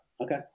Okay